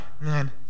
man